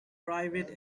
private